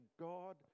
god